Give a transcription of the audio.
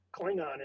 klingon